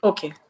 Okay